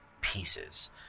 pieces